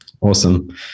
Awesome